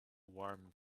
warm